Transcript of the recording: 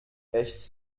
echt